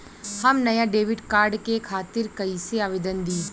हम नया debit card के खातिर कइसे आवेदन दीं?